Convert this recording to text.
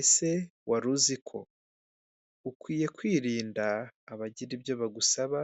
Ese wari uzi ko? Ukwiye kwirinda abagira ibyo bagusaba